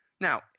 Now